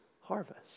harvest